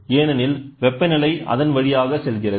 ஏனெனில் வெப்பநிலை அதன் வழியாக செல்கிறது